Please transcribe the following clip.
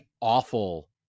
awful